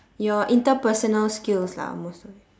your interpersonal skills lah most of